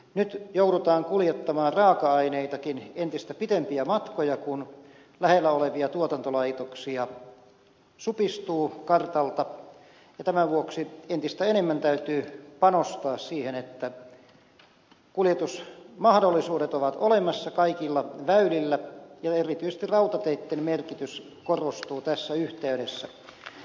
nyt joudutaan kuljettamaan raaka aineitakin entistä pitempiä matkoja kun lähellä olevia tuotantolaitoksia supistuu kartalta ja tämän vuoksi entistä enemmän täytyy panostaa siihen että kuljetusmahdollisuudet ovat olemassa kaikilla väylillä ja erityisesti rautateitten merkitys korostuu tässä yhteydessä